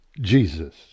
Jesus